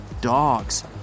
Dogs